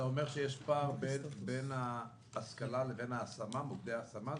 אתה אומר שיש הקבלה בין ההשכלה לבין עובדי ההשמה?